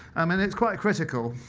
um and it's quite critical,